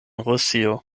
rusio